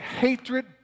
hatred